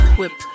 whip